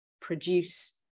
produce